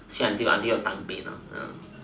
sweet until until your tongue pain ah